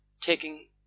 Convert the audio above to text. taking